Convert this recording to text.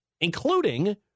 including